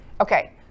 Okay